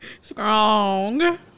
Strong